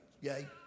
yay